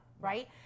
right